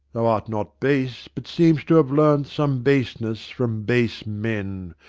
thou art not base, but seemest to have learnt some baseness from base men.